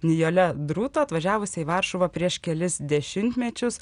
nijole druto atvažiavusia į varšuvą prieš kelis dešimtmečius